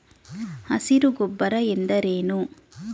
ಹಸಿರು ಗೊಬ್ಬರ ಎಂದರೇನು?